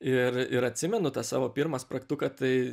ir ir atsimenu tą savo pirmą spragtuką tai